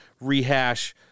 rehash